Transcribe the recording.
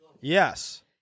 Yes